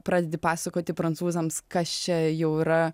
pradedi pasakoti prancūzams kas čia jau yra